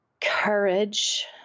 courage